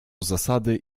zasady